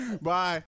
Bye